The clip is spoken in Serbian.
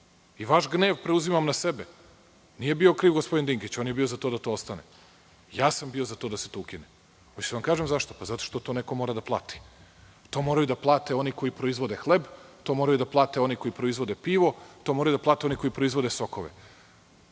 I vaš gnev preuzimam na sebe. Nije bio kriv gospodin Dinkić, on je bio za to da to ostane. Ja sam bio za to da se to ukine. Hoćete da vam kažem zašto? Pa zato što to neko mora da plati. To moraju da plate oni koji proizvode hleb, to moraju da plate oni koji proizvode pivo, to moraju da plate oni koji proizvode sokove.